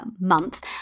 month